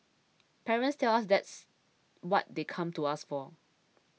parents tell us that's what they come to us for